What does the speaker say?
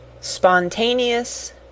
Spontaneous